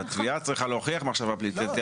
התביעה צריכה להוכיח מחשבה פלילית.